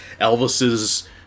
Elvis's